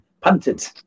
punted